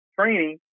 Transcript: training